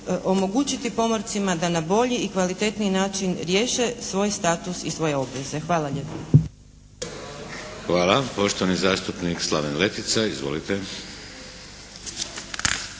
omogućiti pomorcima da na boli i kvalitetniji način riješe svoj status i svoje obveze. Hvala lijepo. **Šeks, Vladimir (HDZ)** Hvala. Poštovani zastupnik Slaven Letica. Izvolite.